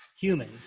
human